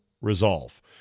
resolve